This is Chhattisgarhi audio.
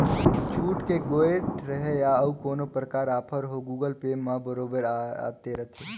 छुट के गोयठ रहें या अउ कोनो परकार आफर हो गुगल पे म बरोबर आते रथे